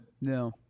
no